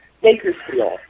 Bakersfield